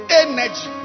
energy